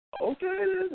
Okay